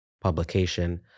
publication